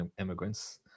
immigrants